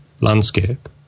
landscape